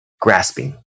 grasping